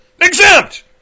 Exempt